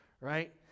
right